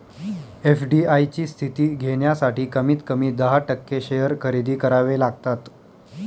FDI ची स्थिती घेण्यासाठी कमीत कमी दहा टक्के शेअर खरेदी करावे लागतात